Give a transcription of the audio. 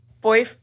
boy